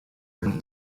ran